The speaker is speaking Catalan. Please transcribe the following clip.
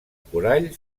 corall